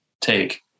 take